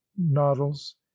noddles